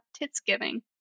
Titsgiving